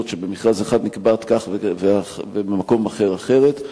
שבמכרז אחד נקבע כך ובמקום אחר אחרת.